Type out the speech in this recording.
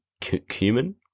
cumin